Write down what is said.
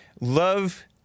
Love